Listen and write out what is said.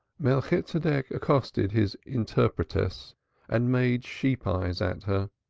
melchitsedek accosted his interpretess and made sheep's-eyes at her.